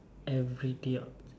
every dote